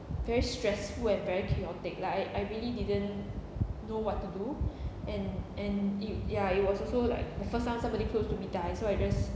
very stressful and very chaotic like I really didn't know what to do and and it ya it was also like the first time somebody close to me die so I just